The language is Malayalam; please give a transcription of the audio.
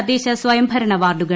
തദ്ദേശ സ്വയംഭരണ പ്പാർഡുകൾ